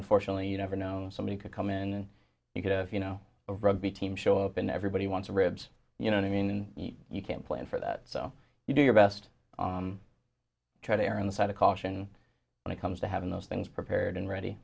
unfortunately you never know somebody could come in and you could you know rugby team show up and everybody wants ribs you know i mean you can't plan for that so you do your best try to err on the side of caution when it comes to having those things prepared and ready